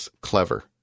Clever